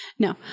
No